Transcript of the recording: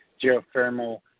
geothermal